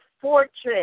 fortress